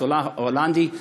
הצבא ההולנדי,